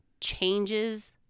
changes